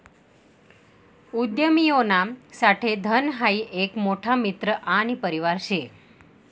उदयमियोना साठे धन हाई एक मोठा मित्र आणि परिवार शे